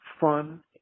fun